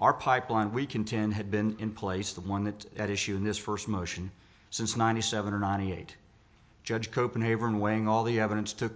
our pipeline we contend had been in place the one that at issue in this first motion since ninety seven or ninety eight judge copenhagen weighing all the evidence to